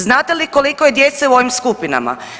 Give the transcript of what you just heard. Znate li koliko je djece u ovim skupinama?